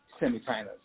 semi-finals